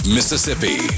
Mississippi